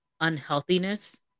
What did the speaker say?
unhealthiness